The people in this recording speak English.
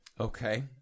Okay